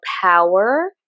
power